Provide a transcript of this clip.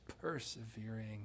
persevering